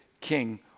king